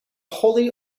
wholly